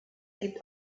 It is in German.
gibt